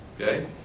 Okay